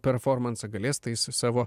performansą galės tais savo